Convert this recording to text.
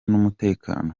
n’umutekano